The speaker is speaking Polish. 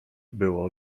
było